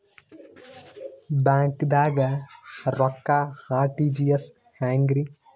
ಬ್ಯಾಂಕ್ದಾಗ ರೊಕ್ಕ ಆರ್.ಟಿ.ಜಿ.ಎಸ್ ಹೆಂಗ್ರಿ?